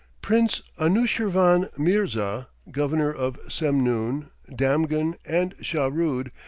prince anushirvan mirza, governor of semnoon, damghan, and shahrood,